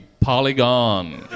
polygon